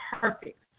perfect